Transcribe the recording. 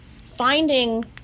finding